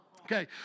Okay